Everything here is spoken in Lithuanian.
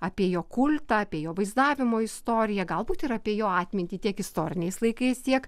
apie jo kultą apie jo vaizdavimo istoriją galbūt ir apie jo atmintį tiek istoriniais laikais tiek